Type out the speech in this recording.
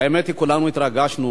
והאמת היא שכולנו התרגשנו.